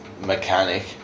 mechanic